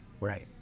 Right